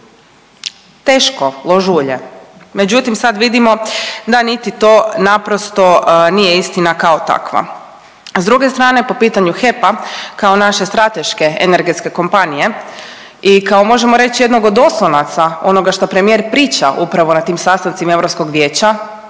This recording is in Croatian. teško lož ulje, međutim sad vidimo da niti to naprosto nije istina kao takva, a s druge strane po pitanju HEP-a kao naše strateške energetske kompanije i kao možemo reć jednog od oslonaca onoga šta premijer priča upravo na tim sastancima Europskog vijeća